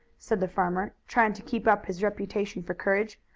said the farmer, trying to keep up his reputation for courage,